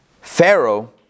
Pharaoh